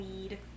weed